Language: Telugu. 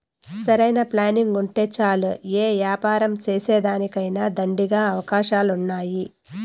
సరైన ప్లానింగుంటే చాలు యే యాపారం సేసేదానికైనా దండిగా అవకాశాలున్నాయి